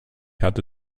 hatte